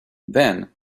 then